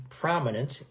prominent